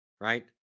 right